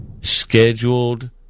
scheduled